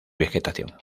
vegetación